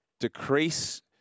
decrease